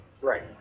Right